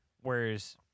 whereas